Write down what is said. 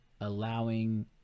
allowing